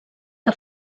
que